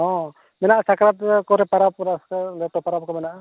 ᱦᱮᱸ ᱢᱮᱱᱟᱜᱼᱟ ᱥᱟᱠᱨᱟᱛ ᱠᱚᱨᱮᱜ ᱯᱟᱨᱟᱵᱽ ᱠᱚᱨᱮᱜ ᱥᱮ ᱞᱟᱹᱴᱩ ᱯᱟᱨᱟᱵᱽ ᱠᱚ ᱢᱮᱱᱟᱜᱼᱟ